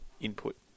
input